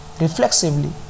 reflexively